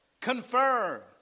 confirm